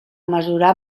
mesurar